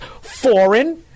foreign